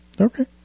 Okay